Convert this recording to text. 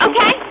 Okay